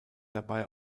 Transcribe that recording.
dabei